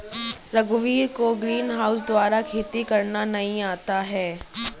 रघुवीर को ग्रीनहाउस द्वारा खेती करना नहीं आता है